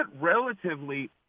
relatively